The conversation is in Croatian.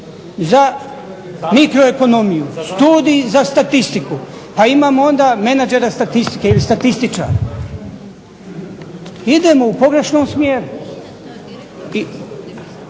za mikroekonomiju, studij za statistiku, pa onda imamo menadžera statistike ili statističar. Idemo u pogrešnom smjeru.